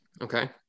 okay